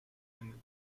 and